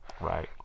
Right